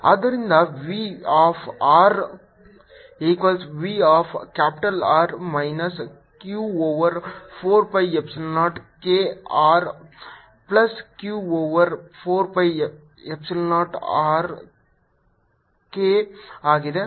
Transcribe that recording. ಆದ್ದರಿಂದ v of r equals v of capital R minus q over 4 pi epsilon 0 k r plus q over 4 pi epsilon 0 k r ಆಗಿದೆ